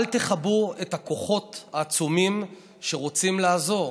אל תכבו את הכוחות העצומים שרוצים לעזור.